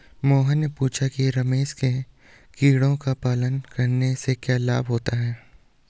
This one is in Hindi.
मोहन ने पूछा कि रेशम के कीड़ों का पालन करने से क्या लाभ होता है?